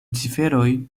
ciferoj